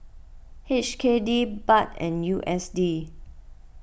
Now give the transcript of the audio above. H K D Baht and U S D